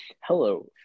hello